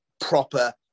proper